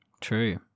True